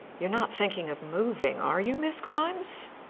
you are not thinking of moving, are you, miss grimes?